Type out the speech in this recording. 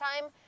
time